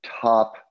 top